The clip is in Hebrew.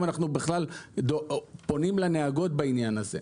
אנחנו בכלל פונים לנהגות בעניין הזה.